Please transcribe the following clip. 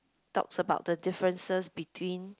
talks about the differences between